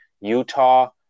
Utah